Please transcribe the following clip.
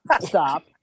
Stop